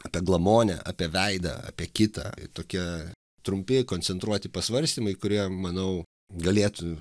apie glamonę apie veidą apie kitą tokia trumpi koncentruoti pasvarstymai kurie manau galėtų